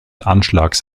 anschlags